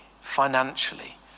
financially